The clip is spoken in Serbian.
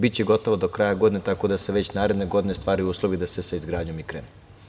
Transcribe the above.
Biće gotova do kraja godine, tako da se već naredne godine stvaraju uslovi da se sa izgradnjom i krene.